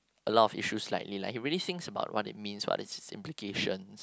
a lot of issues lightly like he really thinks about what it means what's it's implications